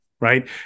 right